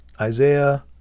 Isaiah